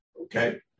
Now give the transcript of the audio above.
Okay